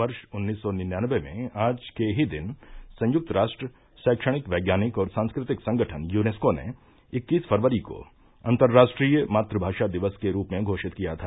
वर्ष उन्नीस सौ निन्यानबे में आज के ही दिन संयुक्त राष्ट्र शैक्षणिक वैज्ञानिक और सांस्कृतिक संगठन यूनेस्को ने इक्कीस फरवरी को अंतरराष्ट्रीय मात्रभाषा दिवस के रूप में घोषित किया था